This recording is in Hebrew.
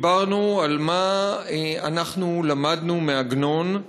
דיברנו על מה אנחנו למדנו מעגנון,